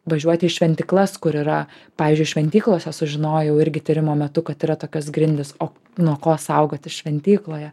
važiuoti į šventyklas kur yra pavyzdžiui šventyklose sužinojau irgi tyrimo metu kad yra tokios grindys o nuo ko saugoti šventykloje